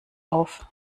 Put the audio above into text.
auf